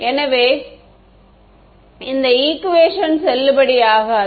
எனவே இந்த ஈக்குவேஷன் செல்லுபடியாகாது